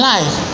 Life